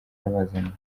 yabazaniye